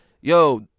Yo